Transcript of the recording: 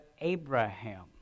Abraham